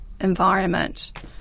environment